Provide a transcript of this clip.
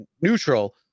neutral